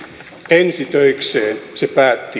ensi töikseen se